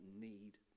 need